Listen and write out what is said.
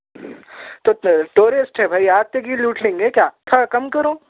تو ٹورسٹ ہیں بھئی آپ سب بھی لوٹ لیں گے کیا تھوڑا کم کرو